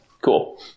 Cool